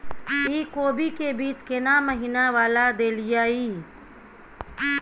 इ कोबी के बीज केना महीना वाला देलियैई?